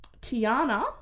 Tiana